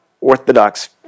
orthodox